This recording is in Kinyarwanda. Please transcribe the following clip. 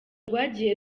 rwagiye